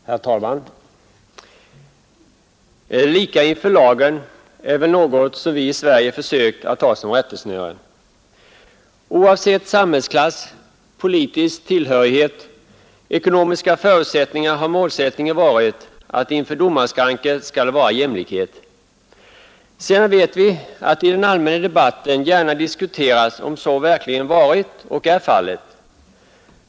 Herr talman! Likhet inför lagen är väl något som vi i Sverige försöker att ha som rättesnöre. Oavsett samhällsklass, politisk tillhörighet eller ekonomiska förutsättningar har målsättningen varit att inför domarskranket skall det vara jämlikhet. Sedan vet vi att det i den allmänna debatten gärna diskuteras om så verkligen varit och är fallet.